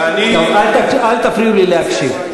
אל תפריעו לי להקשיב,